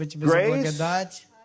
grace